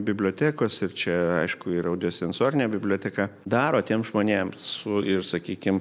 bibliotekos ir čia aišku ir audio sensorinė biblioteka daro tiems žmonėms su ir sakykim